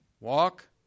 walk